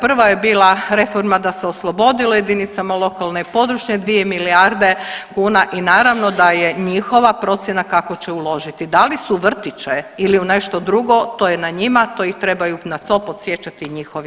Prva je bila reforma da se oslobodilo jedinicama lokalne i područne dvije milijarde kuna i naravno da je njihova procjena kako će uložiti, da li su u vrtiće ili u nešto drugo to je na njima, to ih trebaju na to podsjećati njihovi